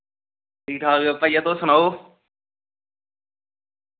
ठीक ठाक ऐ भाइया तुस सनाओ